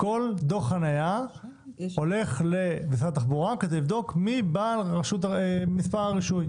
כל דוח חניה הולך למשרד התחבורה כדי לבדוק מי בעל מספר הרישוי,